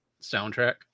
soundtrack